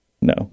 No